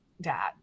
dad